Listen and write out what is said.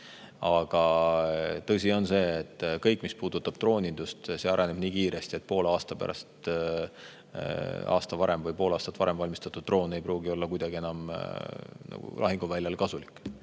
Aga tõsi on see, et kõik, mis puudutab droonindust, areneb nii kiiresti, et poole aasta pärast aasta varem või pool aastat varem valmistatud droon ei pruugi enam kuidagi olla lahinguväljal kasulik